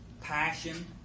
passion